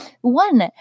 One